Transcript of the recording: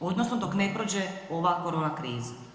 Odnosno dok ne prođe ova korona kriza.